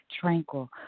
tranquil